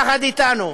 יחד אתנו,